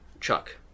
Chuck